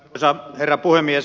arvoisa herra puhemies